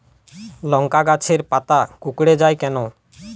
লংকা গাছের পাতা কুকড়ে যায় কেনো?